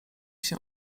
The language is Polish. się